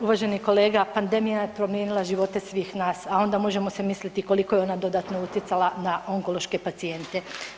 Uvaženi kolega pandemija je promijenila živote svih nas, a onda možemo si misliti koliko je ona dodatno utjecala na onkološke pacijente.